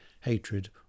hatred